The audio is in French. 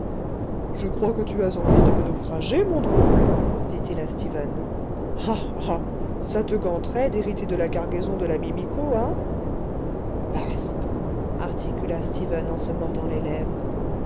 je crois que tu as envie de me naufrager mon drôle dit-il à stephen ah ah ça te ganterait d'hériter de la cargaison de l'ami miko hein bast articula stephen en se mordant les lèvres